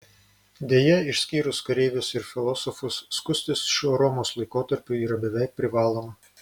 deja išskyrus kareivius ir filosofus skustis šiuo romos laikotarpiu yra beveik privaloma